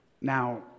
Now